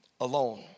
alone